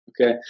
Okay